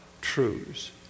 truths